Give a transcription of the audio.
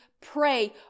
pray